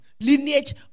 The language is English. lineage